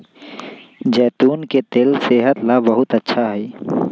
जैतून के तेल सेहत ला बहुत अच्छा हई